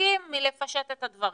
רחוקים מלפשט את הדברים.